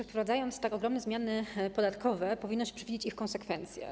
Wprowadzając tak ogromne zmiany podatkowe, powinno się przewidzieć ich konsekwencje.